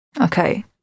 okay